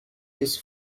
his